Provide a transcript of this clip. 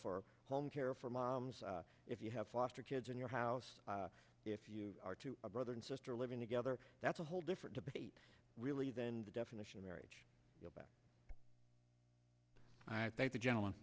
for home care for moms if you have foster kids in your house if you are to a brother and sister living other that's a whole different debate really than the definition of marriage i think the gentleman